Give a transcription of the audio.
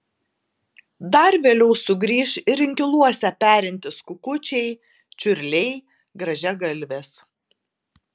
dar vėliau sugrįš ir inkiluose perintys kukučiai čiurliai grąžiagalvės